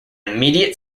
immediate